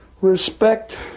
respect